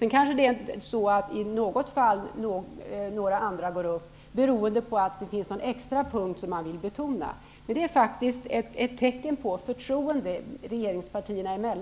I något fall går några andra upp, om det finns någon punkt som man vill betona extra. Det är ett tecken på förtroende mellan regeringspartierna